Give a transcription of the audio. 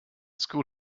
school